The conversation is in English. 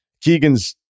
Keegan's